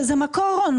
זה מקור הון.